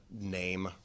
name